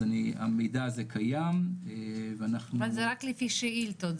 אז המידע הזה קיים ואנחנו -- אבל זה רק לפי שאילתות,